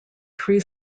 tree